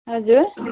हजुर